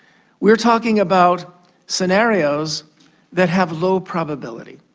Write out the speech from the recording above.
we are talking about scenarios that have low probability.